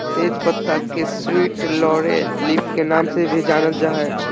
तेज पत्ता के स्वीट लॉरेल लीफ के नाम से भी जानल जा हइ